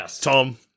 Tom